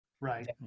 right